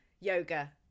yoga